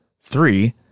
Three